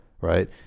right